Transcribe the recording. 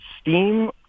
Steam